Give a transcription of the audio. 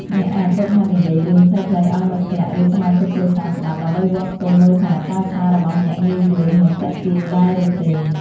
អ្នកអាចហ្វឹកហាត់និយាយរឿងខ្លីៗឱ្យមិត្តភក្តិ ឬសមាជិកគ្រួសារស្ដាប់ ដើម្បីវាស់ស្ទង់មើលថា តើសាររបស់អ្នកងាយយល់ និងទាក់ទាញដែរឬទេ។